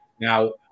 Now